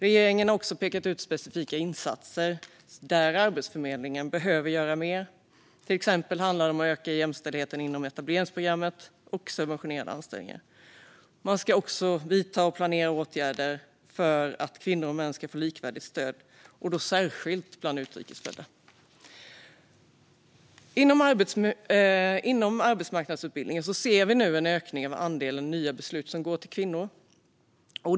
Regeringen har också pekat ut specifika insatser där Arbetsförmedlingen behöver göra mer. Till exempel handlar det om att öka jämställdheten inom etableringsprogrammet och subventionerade anställningar. Man ska också vidta och planera åtgärder för att kvinnor och män ska få likvärdigt stöd, särskilt bland utrikes födda. Inom arbetsmarknadsutbildningen ser vi nu en ökning av andelen nya beslut som går till kvinnor.